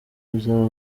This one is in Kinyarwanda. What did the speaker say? bizaba